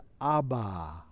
Abba